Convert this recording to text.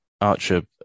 Archer